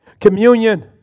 Communion